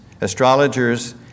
astrologers